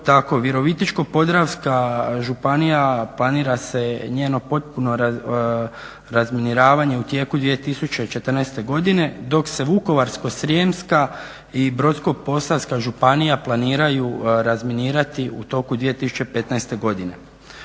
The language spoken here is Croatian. Virovitičko-podravska županija, planira se njeno potpuno razminiravanje u tijeku 2014. godine dok se Vukovarsko-srijemska i Brodsko-posavska županija planiraju razminirati u toku 2015. godine.